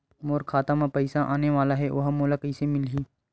मोर खाता म पईसा आने वाला हे ओहा मोला कइसे मिलही?